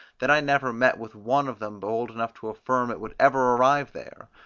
that i never met with one of them bold enough to affirm it would ever arrive there,